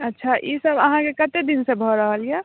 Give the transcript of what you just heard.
अच्छा इसब अहाँके कतेक दिनसँ भऽ रहल यऽ